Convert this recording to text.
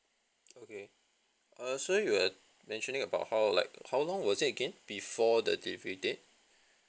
okay err so you were mentioning about how like how long was it again before the delivery date